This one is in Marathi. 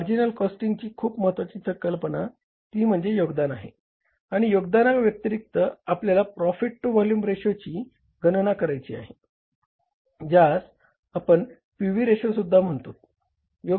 मार्जिनल कॉस्टिंगची खूप महत्वाची संकल्पना ती म्हणजे योगदान आहे आणि योगदाना व्यतिरिक्त आपल्याला प्रॉफिट टू व्हॉल्यूम रेशोची म्हणतोत